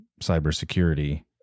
cybersecurity